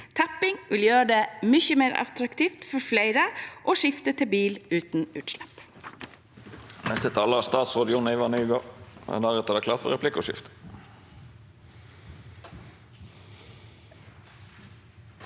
Tæpping vil gjøre det mye mer attraktivt for flere å skifte til bil uten utslipp.